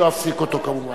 אני לא אפסיק אותו כמובן.